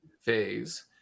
phase